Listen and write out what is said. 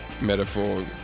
metaphor